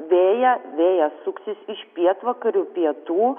vėją vėjas suksis iš pietvakarių pietų